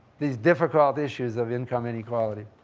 these difficult issues of income inequality.